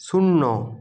শূন্য